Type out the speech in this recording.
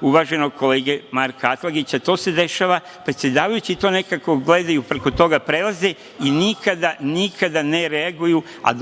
uvaženog kolege Marka Atlagića. To se dešava, predsedavajući to nekako gledaju, preko toga prelaze i nikada, nikada ne reaguju, a